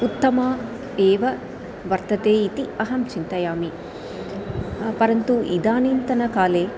उत्तमा एव वर्तते इति अहं चिन्तयामि परन्तु इदानीन्तनकाले